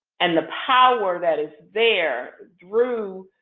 and the power that is there through,